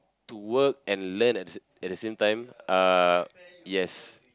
to work and learn at the at the same time uh yes